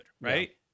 Right